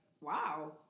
wow